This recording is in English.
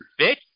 bitch